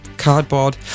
cardboard